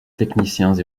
techniciens